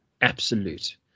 absolute